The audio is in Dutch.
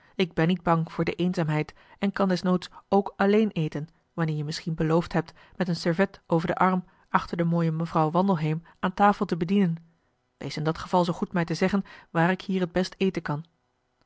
ik ben niet bang voor de eenzaamheid en kan des noods ook alleen eten wanneer je misschien beloofd hebt met een servet over den arm achter de mooie mevrouw wandelheem aan tafel te bedienen wees in dat geval zoo goed mij te zeggen waar ik hier het best eten kan